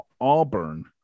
Auburn